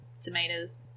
tomatoes